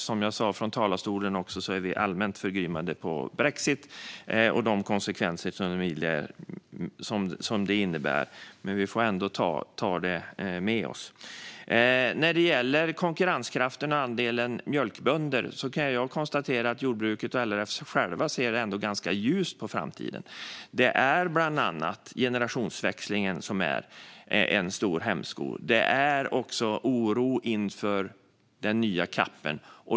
Som jag sa från talarstolen är vi allmänt förgrymmade på brexit och de konsekvenser som det innebär, men vi får ändå ta det med oss. När det gäller konkurrenskraften och andelen mjölkbönder kan jag konstatera att jordbruket och LRF ändå ser ganska ljust på framtiden. Det är bland annat generationsväxlingen som är en stor hämsko. Det finns också oro inför den nya CAP:en.